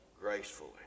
gracefully